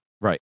Right